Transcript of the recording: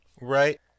Right